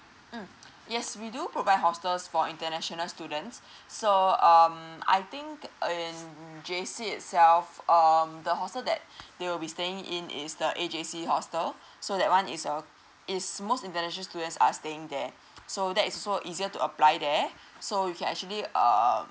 um yes we do provide hostels for international students so um I think in J_C itself um the hostel that they will be staying in is the A_J_C hostel so that one is your is most international students are staying there so that is also easier to apply there so you can actually uh